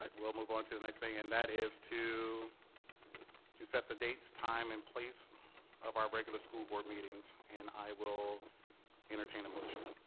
um we'll move on to the next thing and that is to to set the date time and place of our regular school board meetings and i will entertain a motion